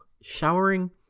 Showering